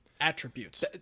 attributes